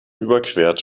überquert